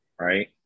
right